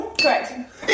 Correct